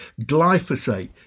Glyphosate